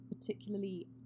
particularly